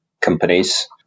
companies